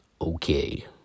Okay